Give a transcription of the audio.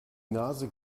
nase